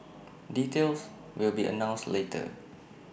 details will be announced later